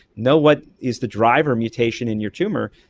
know what is the driver mutation in your tumour,